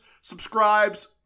subscribes